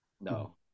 No